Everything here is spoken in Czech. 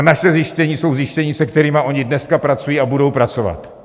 Naše zjištění jsou zjištění, se kterými oni dneska pracují a budou pracovat.